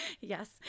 Yes